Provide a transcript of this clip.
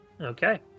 okay